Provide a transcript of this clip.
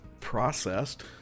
processed